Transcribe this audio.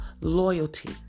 loyalty